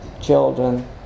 children